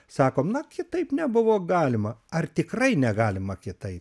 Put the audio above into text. sakom kitaip nebuvo galima ar tikrai negalima kitaip